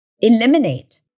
Eliminate